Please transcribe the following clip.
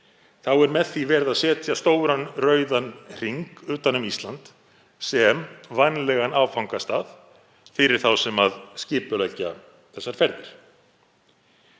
er með því verið að setja stóran rauðan hring utan um Ísland sem vænlegan áfangastað fyrir þá sem skipuleggja þessar ferðir.